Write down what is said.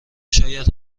شاید